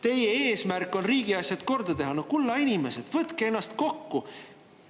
teie eesmärk on riigi asjad korda teha. No kulla inimesed, võtke ennast kokku,